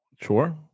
Sure